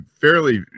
fairly